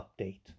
update